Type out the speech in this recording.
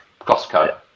Costco